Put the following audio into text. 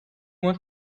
want